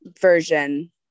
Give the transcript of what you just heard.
version